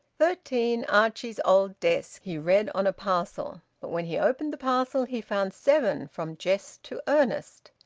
thirteen archie's old desk, he read on a parcel, but when he opened the parcel he found seven from jest to earnest.